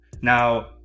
now